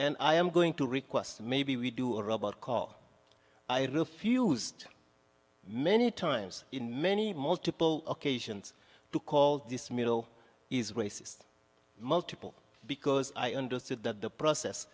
and i am going to request maybe we do a robot call i refused many times in many multiple occasions to call this middle east racist multiple because i understood that the process